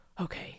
okay